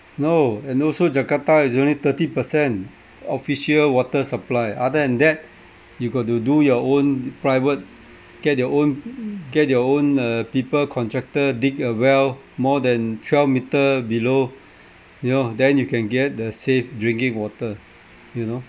no and also jakarta is only thirty percent official water supply other than that you got to do your own private get your own get your own uh people contractor dig a well more than twelve metre below you know then you can get the safe drinking water you know